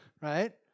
right